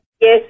Yes